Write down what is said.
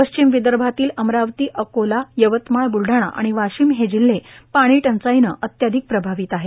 पश्चिम विदर्भातील अमरावती अकोला यवतमाळ बुलढाणा आणि वाशिम हे जिल्हे पाणीटंचाईनं अत्याधिक प्रभावित आहे